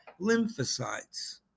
lymphocytes